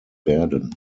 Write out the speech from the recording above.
werden